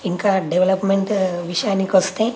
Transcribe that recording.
ఇంకా డెవలప్మెంట్ విషయానికి కొస్తే